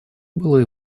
было